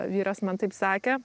vyras man taip sakė